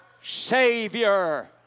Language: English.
Savior